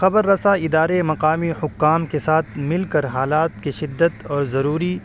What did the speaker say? خبر رساں ادارے مقامی حکام کے ساتھ مل کر حالات کی شدت اور ضروری